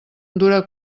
dura